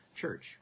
church